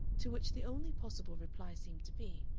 to which the only possible reply seemed to be,